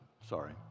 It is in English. sorry